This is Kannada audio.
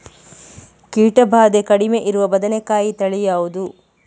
ಕೀಟ ಭಾದೆ ಕಡಿಮೆ ಇರುವ ಬದನೆಕಾಯಿ ತಳಿ ಯಾವುದು?